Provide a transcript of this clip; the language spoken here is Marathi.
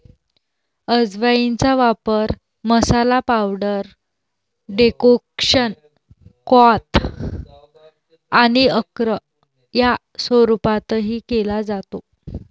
अजवाइनचा वापर मसाला, पावडर, डेकोक्शन, क्वाथ आणि अर्क या स्वरूपातही केला जातो